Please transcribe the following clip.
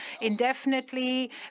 indefinitely